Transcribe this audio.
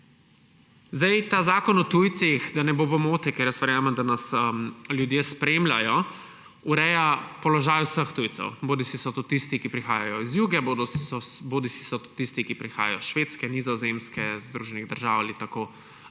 vladi. Ta zakon o tujcih, da ne bo pomote, ker verjamem, da nas ljudje spremljajo, ureja položaj vseh tujcev; bodisi so to tisti, ki prihajajo iz Juge, bodisi so to tisti, ki prihajajo iz Švedske, Nizozemske, Združenih držav ali pa,